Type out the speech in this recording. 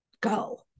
go